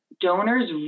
donors